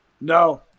No